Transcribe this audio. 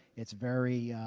it's very